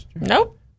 Nope